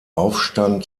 aufstand